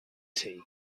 tea